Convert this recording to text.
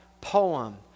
poem